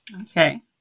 Okay